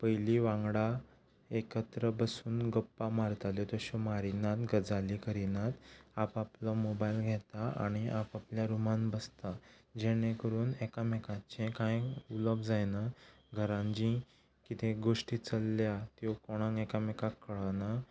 पयलीं वांगडा एकत्र बसून गप्पा मारताल्यो तश्यो मारिना गजाली करिनात आपआपलो मोबायल घेता आनी आपआपल्या रुमान बसता जेणे करून एकामेकाचें कांय उलोप जायना घरान जी किदें गोश्टी चलल्या त्यो कोणाक एकामेकाक कळना